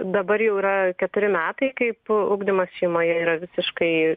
dabar jau yra keturi metai kaip ugdymas šeimoje yra visiškai